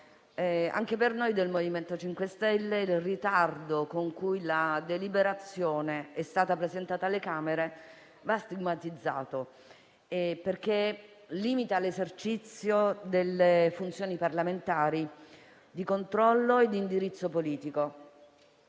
anche per noi del MoVimento 5 Stelle il ritardo con cui la deliberazione è stata presentata alle Camere va stigmatizzato, in quanto limita l'esercizio delle funzioni parlamentari di controllo e indirizzo politico